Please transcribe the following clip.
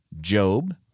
Job